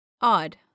Odd